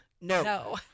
no